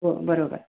होय बरोबर